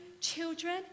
children